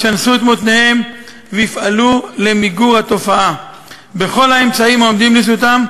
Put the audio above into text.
ישנסו את מותניהם ויפעלו למיגור התופעה בכל האמצעים העומדים לרשותם,